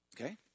Okay